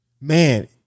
Man